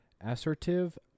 assertive